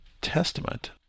Testament